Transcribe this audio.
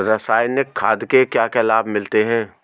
रसायनिक खाद के क्या क्या लाभ मिलते हैं?